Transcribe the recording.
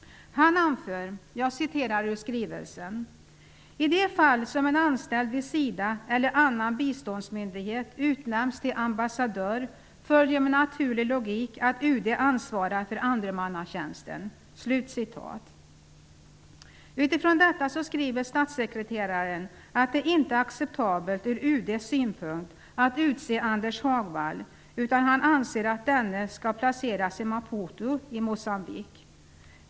Samuelsson anförde följande: ''I de fall som en anställd vid SIDA eller annan biståndsmyndighet utnämnts till ambassadör följer med naturlig logik att UD ansvarar för andremannatjänsten.'' Med utgångspunkt i detta skriver statssekreteraren att det inte är acceptabelt från UD:s synpunkt att utse Anders Hagwall, utan han anser att denne skall placeras i Maputo i Moçambique.